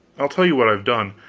i'll tell you what i've done,